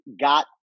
got